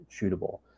shootable